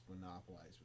monopolized